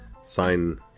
sign